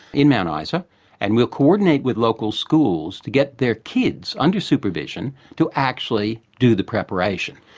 in mount isa and we'll coordinate with local schools to get their kids under supervision to actually do the preparation.